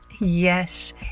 yes